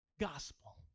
gospel